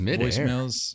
voicemails